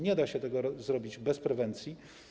Nie da się tego zrobić bez prewencji.